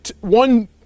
one